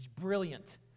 brilliant